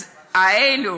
אז אלה